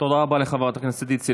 תודה רבה לחברת הכנסת עידית סילמן.